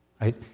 right